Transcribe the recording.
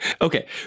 Okay